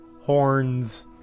horns